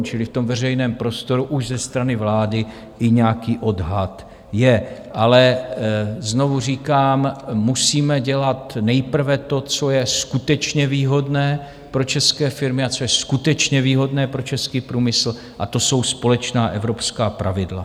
Čili v tom veřejném prostoru už ze strany vlády i nějaký odhad je, ale znovu říkám, musíme dělat nejprve to, co je skutečně výhodné pro české firmy a co je skutečně výhodné pro český průmysl, a to jsou společná evropská pravidla.